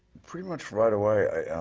pretty much right away i